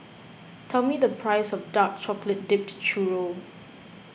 tell me the price of Dark Chocolate Dipped Churro